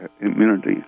immunity